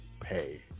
pay